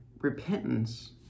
repentance